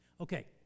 Okay